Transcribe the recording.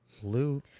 blue